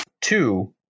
two